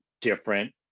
different